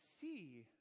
see